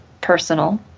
personal